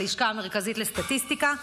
הלשכה המרכזית לסטטיסטיקה,